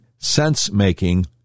sense-making